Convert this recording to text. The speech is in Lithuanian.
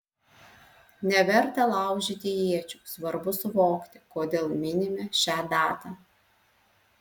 neverta laužyti iečių svarbu suvokti kodėl minime šią datą